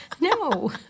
No